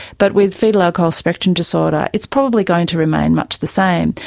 but with foetal alcohol spectrum disorder, it's probably going to remain much the same.